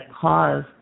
cause